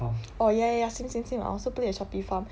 oh ya ya ya same same same I also play the shopee farm